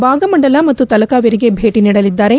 ಭಾಗಮಂಡಲ ಮತ್ತು ತಲಕಾವೇರಿಗೆ ಭೇಟ ನೀಡಲಿದ್ದಾರೆ